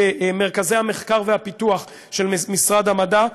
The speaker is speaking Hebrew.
במרכזי המחקר והפיתוח של משרד המדע.